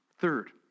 Third